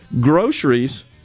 Groceries